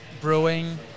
brewing